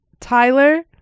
tyler